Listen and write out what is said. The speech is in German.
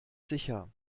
sicher